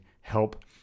help